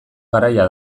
garaia